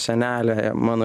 senelė mano